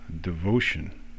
devotion